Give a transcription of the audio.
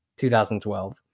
2012